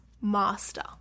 Master